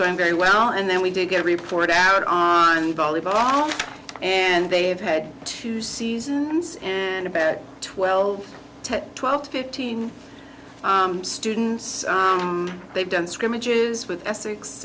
going very well and then we did get a report out on volleyball and they've had two seasons and about twelve ten twelve fifteen students they've done scrimmage is with e